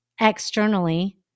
externally